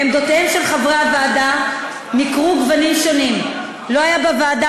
בעמדותיהם של חברי הוועדה ניכרו גוונים שונים: לא היה בוועדה